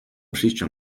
przyjścia